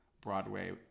Broadway